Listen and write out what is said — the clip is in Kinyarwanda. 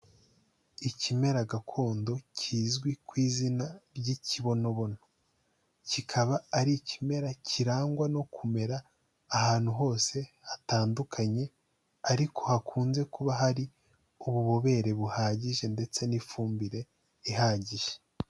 Ikimera gakondo kizwi ku izina ry'ikibonobono, kikaba ari ikimera kirangwa no kumera ahantu hose hatandukanye ariko hakunze kuba hari ububobere buhagije ndetse n'ifumbire ihagije.